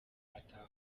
ata